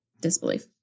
disbelief